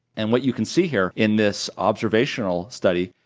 and what you can see here in this observational study,